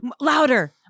louder